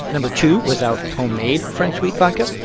number two was our homemade french wheat vodka.